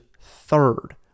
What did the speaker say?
third